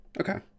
okay